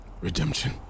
Redemption